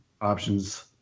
options